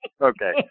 Okay